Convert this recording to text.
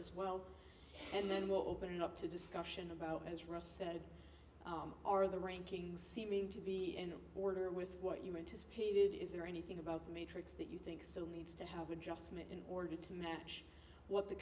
as well and then what open up to discussion about as ross said are the rankings seeming to be in order with what you meant is pated is there anything about the matrix that you think still needs to have adjustment in order to match what the